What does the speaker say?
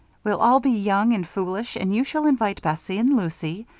we'll all be young and foolish and you shall invite bessie and lucy,